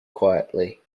quietly